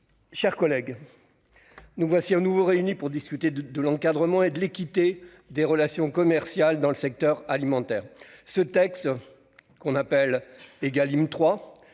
chers collègues, nous voilà de nouveau réunis pour discuter de l'encadrement et de l'équité des relations commerciales dans le secteur alimentaire. Ce texte, qu'on appelle Égalim 3,